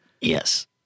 Yes